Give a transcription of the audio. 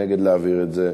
נגד להעביר את זה.